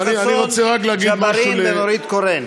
יואל חסון, ג'בארין ונורית קורן.